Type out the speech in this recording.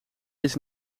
eens